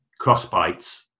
crossbites